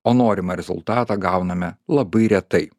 o norimą rezultatą gauname labai retai